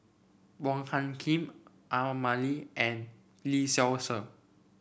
Wong Hung Khim A Ramli and Lee Seow Ser